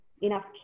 enough